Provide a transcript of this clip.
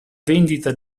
vendita